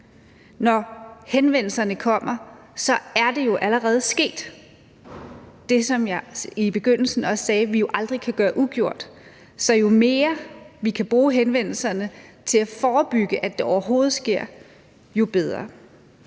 Når henvendelserne kommer, er det jo allerede sket, altså det, som jeg i begyndelsen sagde at vi aldrig kan gøre ugjort. Så jo mere vi kan bruge henvendelserne til at forebygge, at det overhovedet sker, jo bedre.